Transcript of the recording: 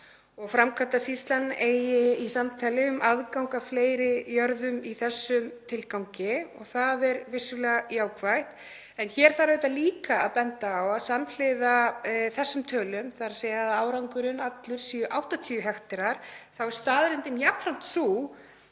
og Framkvæmdasýslan eigi í samtali um aðgang að fleiri jörðum í þessum tilgangi, og er það vissulega jákvætt. En hér þarf auðvitað líka að benda á að samhliða þessum tölum, þ.e. að árangurinn allur sé 80 hektarar, er staðreyndin jafnframt sú